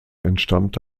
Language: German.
entstammte